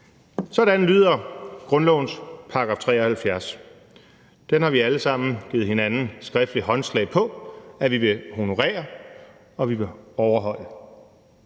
Sådan lyder grundlovens § 73. Den har vi alle sammen givet hinanden skriftlig håndslag på vi vil honorere og overholde.